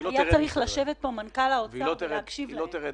היה צריך לשבת פה מנכ"ל האוצר ולהקשיב להן.